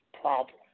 problem